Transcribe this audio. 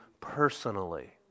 personally